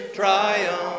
triumph